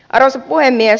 arvoisa puhemies